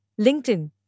LinkedIn